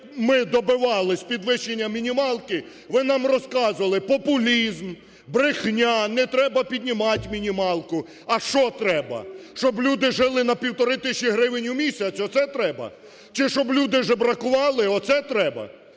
ми добивались підвищення мінімалки, ви нам розказували: популізм, брехня, не треба піднімати мінімалку. А що треба? Щоб люди жили на півтори тисячі у місяць – оце треба? Чи щоб люди жебракували – оце треба?